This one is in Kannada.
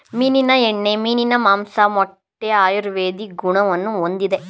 ಮೀನಿನ ಎಣ್ಣೆ, ಮೀನಿನ ಮಾಂಸ, ಮೊಟ್ಟೆ ಆಯುರ್ವೇದಿಕ್ ಗುಣವನ್ನು ಹೊಂದಿದೆ